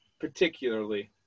particularly